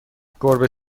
گربه